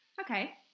Okay